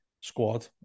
squad